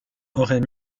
aurait